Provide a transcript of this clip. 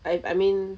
I I mean